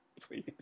Please